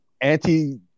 anti